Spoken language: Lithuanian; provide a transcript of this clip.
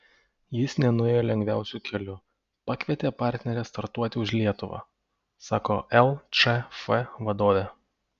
jis nenuėjo lengviausiu keliu pakvietė partnerę startuoti už lietuvą sako lčf vadovė